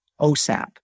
OSAP